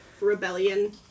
rebellion